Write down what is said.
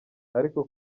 ariko